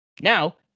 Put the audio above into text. Now